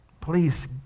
please